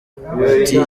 bati